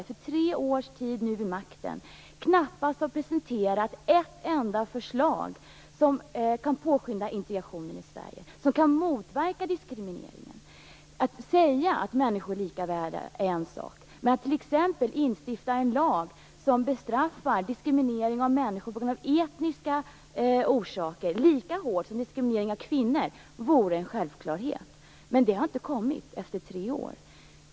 Efter tre års tid vid makten har man ännu inte presenterat ett enda förslag som kan påskynda integrationen i Sverige och som kan motverka diskrimineringen. Att säga att alla människor är lika värda är en sak, men att instifta en lag som bestraffar diskriminering av människor på grund av etniska orsaker lika hårt som när det gäller diskriminering av kvinnor vore en självklarhet. Men det har vi inte sett till, och detta efter tre år!